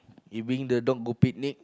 you bring the dog go picnic